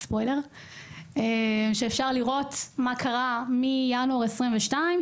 אפשר לראות מה קרה מינואר 2022,